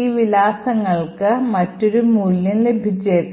ഈ വിലാസങ്ങൾക്ക് നിങ്ങൾക്ക് മറ്റൊരു മൂല്യം ലഭിച്ചേക്കാം